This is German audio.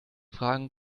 fragen